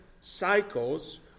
cycles